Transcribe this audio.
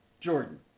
Jordan